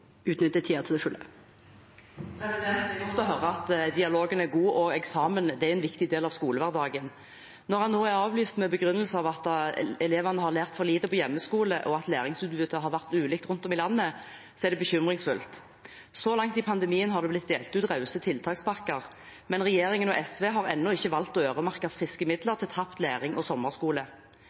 høre at dialogen er god. Eksamen er en viktig del av skolehverdagen. Når den nå er avlyst med begrunnelsen at elevene har lært for lite på hjemmeskole, og at læringsutbyttet har vært ulikt rundt om i landet, er det bekymringsfullt. Så langt i pandemien har det blitt delt ut rause tiltakspakker, men regjeringen og SV har ennå ikke valgt å øremerke friske midler til tapt læring og sommerskole.